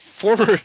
former